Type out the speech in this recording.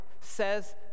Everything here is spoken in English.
says